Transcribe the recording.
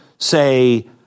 Say